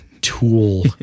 tool